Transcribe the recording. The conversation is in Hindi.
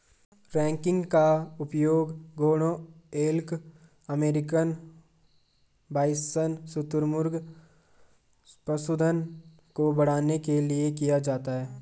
रैंकिंग का उपयोग घोड़ों एल्क अमेरिकन बाइसन शुतुरमुर्ग पशुधन को बढ़ाने के लिए किया जाता है